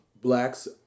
blacks